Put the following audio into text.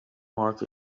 market